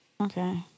Okay